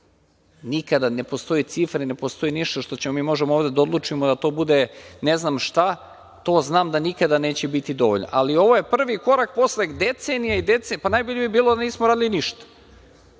Ne postoje cifre, ne postoji ništa što mi možemo ovde da odlučimo da to bude na znam šta, to znam da nikada neće biti dovoljno, ali ovo je prvi korak posle decenija i decenija… Pa najbolje bi bilo da nismo radili ništa.